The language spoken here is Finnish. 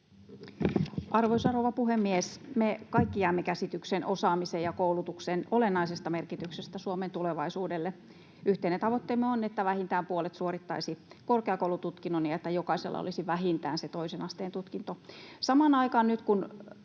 Arvoisa rouva puhemies! Me kaikki jaamme käsityksen osaamisen ja koulutuksen olennaisesta merkityksestä Suomen tulevaisuudelle. Yhteinen tavoitteemme on, että vähintään puolet suorittaisi korkeakoulututkinnon ja että jokaisella olisi vähintään se toisen asteen tutkinto.